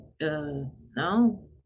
no